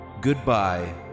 goodbye